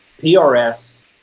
PRS